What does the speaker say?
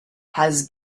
has